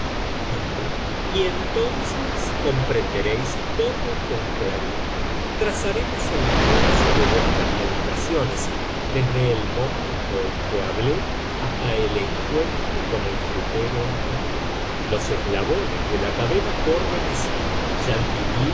dijo y entonces comprenderéis todo con claridad trazaremos el curso de vuestras meditaciones desde el momento en que hablé hasta el encuentro con el frutero en cuestión los eslabones de la cadena corren así